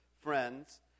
friends